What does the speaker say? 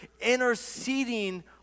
interceding